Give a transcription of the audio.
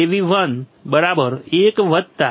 3k R1 4